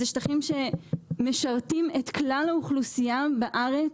אלה שטחים שמשרתים את כלל האוכלוסייה בארץ.